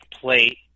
plate